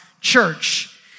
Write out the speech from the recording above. church